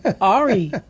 Ari